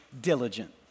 diligent